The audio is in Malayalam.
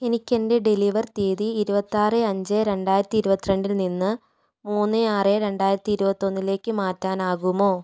എനിക്കെന്റെ ഡെലിവർ തീയതി ഇരുപത്താറ് അഞ്ച് രണ്ടായിരത്തി ഇരുപത്തിരണ്ടിൽ നിന്ന് മൂന്ന് ആറ് രണ്ടായിരത്തി ഇരുപത്തൊന്നിലേക്ക് മാറ്റാനാകുമോ